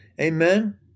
Amen